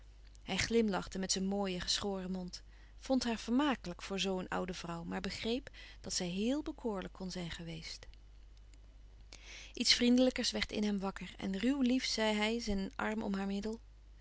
hij glimlachte met zijn mooien geschoren mond vond haar vermakelijk voor zoo een oude vrouw maar begreep dat zij heel bekoorlijk kon zijn geweest iets vriendelijkers werd in hem wakker en ruw lief zei hij zijn arm om haar middel